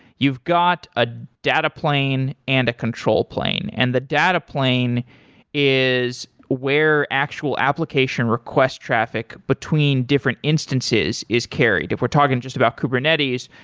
you've got ah data plane and a control plane, and the data plane is where actual application request traffic between different instances is carried. if we're talking just about kubernetes,